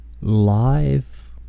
live